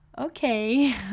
okay